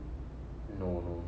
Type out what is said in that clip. no no